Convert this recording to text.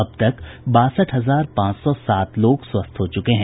अब तक बासठ हजार पांच सौ सात लोग स्वस्थ हो चुके हैं